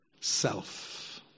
Self